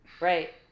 Right